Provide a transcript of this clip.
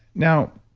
now,